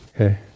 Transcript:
Okay